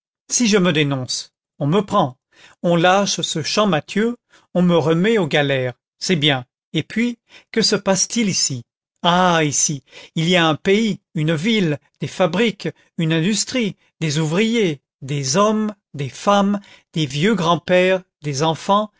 si je me dénonce on me prend on lâche ce champmathieu on me remet aux galères c'est bien et puis que se passe-t-il ici ah ici il y a un pays une ville des fabriques une industrie des ouvriers des hommes des femmes des vieux grands-pères des enfants